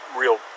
real